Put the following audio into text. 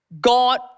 God